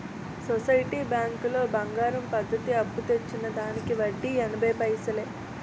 society బ్యాంకులో బంగారం పద్ధతి అప్పు తెచ్చిన దానికి వడ్డీ ఎనభై పైసలే